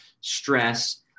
stress